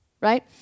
right